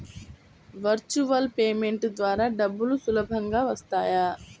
Virtual payment ద్వారా డబ్బులు సులభంగా వస్తాయా?